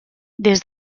des